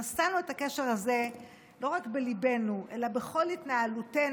נשאנו את הקשר הזה לא רק בליבנו אלא בכל התנהלותנו.